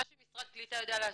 מה שמשרד הקליטה יודע לעשות,